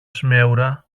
σμέουρα